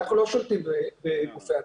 אנחנו לא שולטים בגופי התכנון.